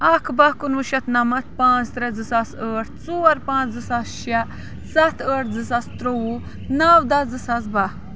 اکھ بہہ کُنوُہ شیٚتھ نَمَتھ پانٛژھ ترٛےٚ زٕ ساس ٲٹھ ژور پانٛژھ زٕ ساس شےٚ سَتھ ٲٹھ زٕ ساس ترٛۆوُہ نَو دَہ زٕ ساس بہہ